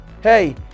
Hey